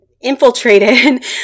infiltrated